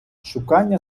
шукання